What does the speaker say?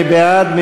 מי בעד?